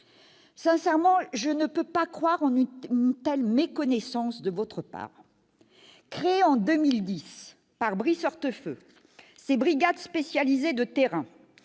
Sincèrement, je ne peux pas croire en une telle méconnaissance de votre part ! Créées en 2010 par Brice Hortefeux, ces brigades spécialisées de terrain